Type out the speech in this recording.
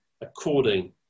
according